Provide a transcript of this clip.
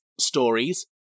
stories